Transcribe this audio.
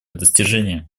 достижения